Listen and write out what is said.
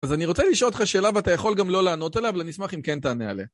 אז אני רוצה לשאול אותך שאלה ואתה יכול גם לא לענות עליה, אבל אני אשמח אם כן תענה עליה.